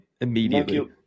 immediately